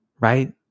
right